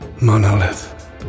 Monolith